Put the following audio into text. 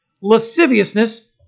lasciviousness